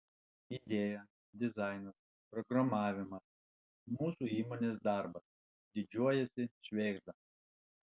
idėja dizainas programavimas mūsų įmonės darbas didžiuojasi švėgžda